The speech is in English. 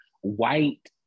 white